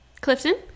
Clifton